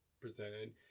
presented